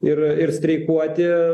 ir ir streikuoti